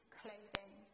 clothing